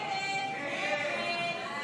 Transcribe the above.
51 בעד, 58 נגד, שלושה נמנעים ונוכח